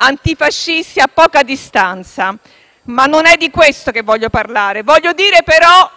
antifascisti a poca distanza. Ma non è di questo che desidero parlare. Voglio dire però